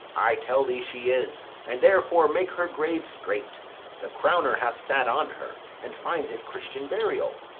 i tell thee she is and therefore make her grave straight the crowner hath sat on her, and finds it christian burial.